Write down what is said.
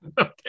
Okay